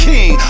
King